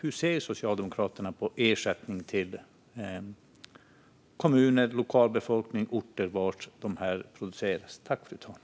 Hur ser Socialdemokraterna på ersättning till lokalbefolkning, orter och kommuner där detta produceras?